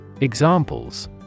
Examples